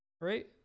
right